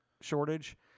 shortage